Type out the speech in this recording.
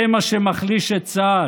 זה מה שמחליש את צה"ל.